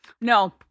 No